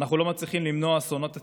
אנחנו לא מצליחים למנוע אסונות עתידיים,